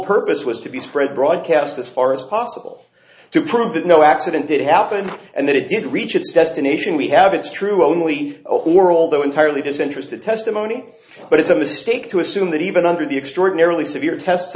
purpose was to be spread broadcast as far as possible to prove that no accident did happen and that it did reach its destination we have it's true only open war although entirely disinterested testimony but it's a mistake to assume that even under the extraordinarily severe test